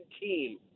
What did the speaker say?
team –